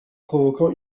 provoquant